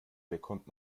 bekommt